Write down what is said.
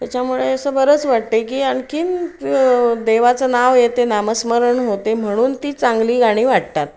त्याच्यामुळे असं बरंच वाटते की आणखीन देवाचं नाव येते नामस्मरण होते म्हणून ती चांगली गाणी वाटतात